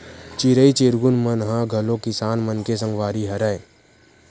चिरई चिरगुन मन ह घलो किसान मन के संगवारी हरय